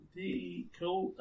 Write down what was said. cool